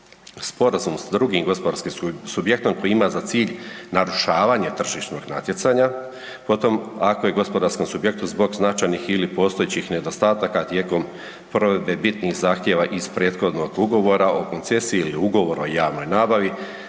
sporazum s drugim gospodarskim subjektom koji ima za cilj narušavanje tržišnog natjecanja, potom ako je gospodarskom subjektu zbog značajnih ili postojećih nedostataka tijekom provedbe bitnih zahtjeva iz prethodnog ugovora o koncesiji ili ugovor o javnoj nabavi